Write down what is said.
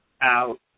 out